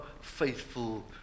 faithful